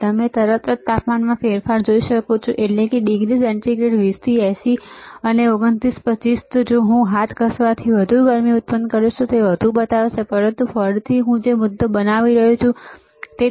તમે તરત જ તાપમાનમાં ફેરફાર જોઈ શકો છો એટલે કે ડિગ્રી સેન્ટીગ્રેડ 20 થી 80 અને 29 25 જો હું હાથ ઘસવાથી વધુ ગરમી ઉત્પન્ન કરીશ તો તે વધુ બતાવશે પરંતુ ફરીથી હું જે મુદ્દો બનાવી રહ્યો છું તે છે